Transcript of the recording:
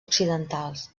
occidentals